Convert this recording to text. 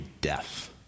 death